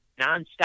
nonstop